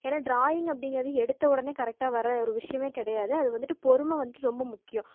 ஏன்னா டிராயிங்க் அப்படிங்குறது எடுத்த உடனே கரெக்டாக வர ஒரு விஷயமே கிடையாது அது வந்துவிட்டு பொறுமை வந்துவிட்டு ரொம்ப முக்கியம்